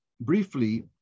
briefly